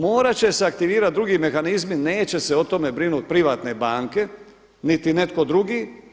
Morat će se aktivirat drugi mehanizmi, neće se o tome brinut privatne banke, niti netko drugi.